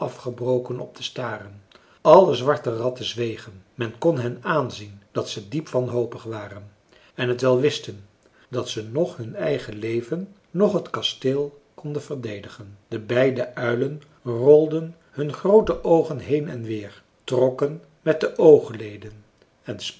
onafgebroken op te staren alle zwarte ratten zwegen men kon hen aanzien dat ze diep wanhopig waren en t wel wisten dat ze noch hun eigen leven noch het kasteel konden verdedigen de beide uilen rolden hun groote oogen heen en weer trokken met de oogleden